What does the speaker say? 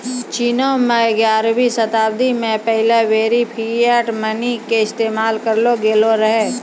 चीनो मे ग्यारहवीं शताब्दी मे पहिला बेरी फिएट मनी के इस्तेमाल करलो गेलो रहै